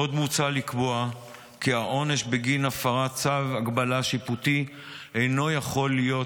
עוד מוצע לקבוע כי העונש בגין הפרת צו הגבלה שיפוטי אינו יכול להיות,